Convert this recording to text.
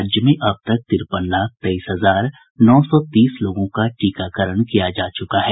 राज्य में अब तक तिरपन लाख तेईस हजार नौ सौ तीस लोगों का टीकाकरण किया जा चुका है